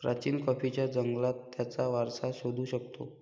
प्राचीन कॉफीच्या जंगलात त्याचा वारसा शोधू शकतो